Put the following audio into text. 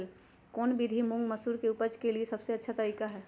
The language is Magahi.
कौन विधि मुंग, मसूर के उपज के लिए सबसे अच्छा तरीका है?